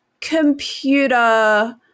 computer